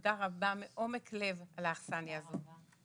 תודה רבה מעומק לב על האכסניה הזאת.